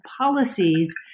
policies